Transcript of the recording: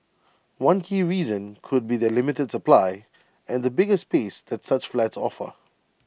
one key reason could be their limited supply and the bigger space that such flats offer